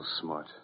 smart